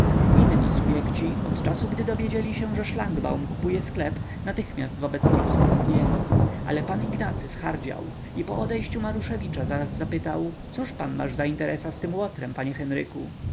inni subjekci od czasu gdy dowiedzieli się że szlangbaum kupuje sklep natychmiast wobec niego spokornieli ale pan ignacy zhardział i po odejściu maruszewicza zaraz zapytał cóż pan masz za interesa z tym łotrem panie henryku